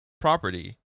property